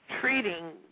treating